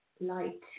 light